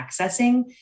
accessing